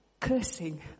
cursing